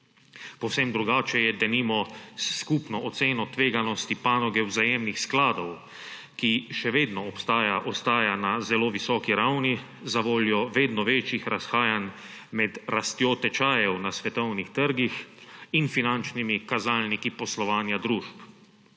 Povsem drugače je denimo s skupno oceno tveganosti panoge vzajemnih skladov, ki še vedno ostaja na zelo visoki ravni zavoljo vedno večjih razhajanj med rastjo tečajev na svetovnih trgih in finančnimi kazalniki poslovanja družb.